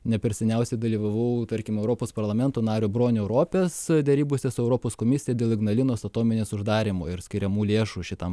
ne per seniausiai dalyvavau tarkim europos parlamento nario bronio ropės derybose su europos komisija dėl ignalinos atominės uždarymo ir skiriamų lėšų šitam